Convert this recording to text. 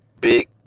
big